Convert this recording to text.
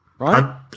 Right